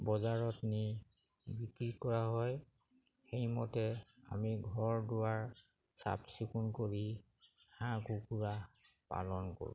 বজাৰত নি বিক্ৰী কৰা হয় সেইমতে আমি ঘৰ দুৱাৰ চাফ চিকুণ কৰি হাঁহ কুকুৰা পালন কৰোঁ